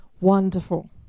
wonderful